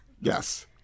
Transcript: Yes